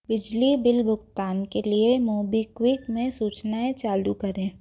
बिजली बिल भुगतान के लिए मोबीक्विक में सूचनाएँ चालू करें